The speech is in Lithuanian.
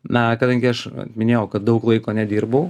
na kadangi aš minėjau kad daug laiko nedirbau